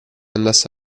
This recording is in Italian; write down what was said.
andasse